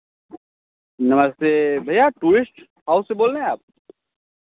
नमस्ते भैया tourist house से बोल रहे हैं आप